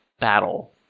battle